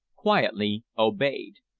quietly obeyed.